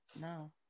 No